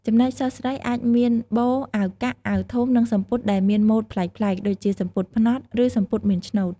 ចំណែកសិស្សស្រី អាចមាន បូ អាវកាក់ អាវធំ និងសំពត់ដែលមានម៉ូដប្លែកៗ ដូចជា សំពត់ផ្នត់ ឬសំពត់មានឆ្នូត។